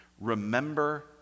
remember